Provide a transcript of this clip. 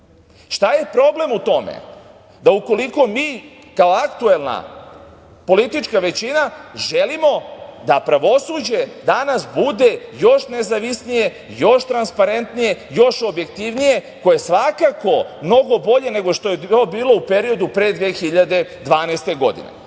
šta je problem u tome, da ukoliko mi, kao aktuelna politička većina želimo da pravosuđe danas bude još nezavisnije, još transparentnije, još objektivnije, koje svakako, mnogo bolje nego što je bilo u periodu pre 2012. godine. Vi